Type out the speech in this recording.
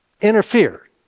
interfere